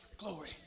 Glory